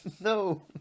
no